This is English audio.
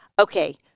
okay